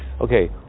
okay